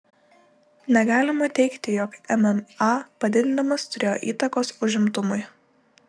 negalima teigti jog mma padidinimas turėjo įtakos užimtumui